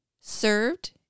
served